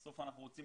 בסוף אנחנו רוצים